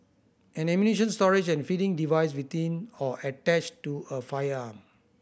an ammunition storage and feeding device within or attached to a firearm